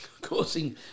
causing